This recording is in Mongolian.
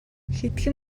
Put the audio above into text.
хэдхэн